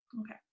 Okay